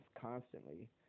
constantly